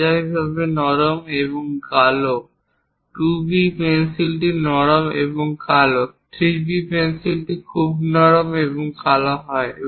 মাঝারিভাবে নরম এবং কালো 2B পেন্সিলগুলি নরম এবং কালো 3B পেন্সিলগুলি খুব নরম এবং কালো হয়